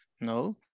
No